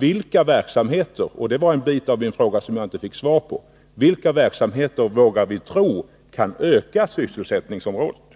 Vilka verksamheter kan i så fall öka sysselsättningsområdet? Det var f. ö. en del av min ursprungliga fråga som jag inte fick svar på.